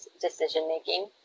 decision-making